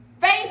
faith